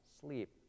sleep